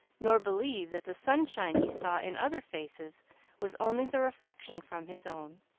nor believe that the sunshine he saw in other faces was only the reflection from his own.